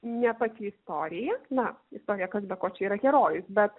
ne pati istorija na istorija kas be ko čia yra herojus bet